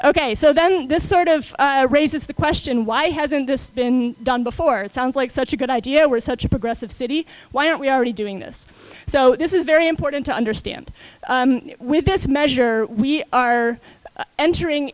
ok so then this sort of raises the question why hasn't this been done before sounds like such a good idea we're such a progressive city why aren't we already doing this so this is very important to understand with this measure we are entering